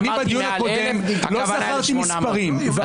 אני בדיון הקודם לא זכרתי מספרים.